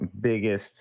biggest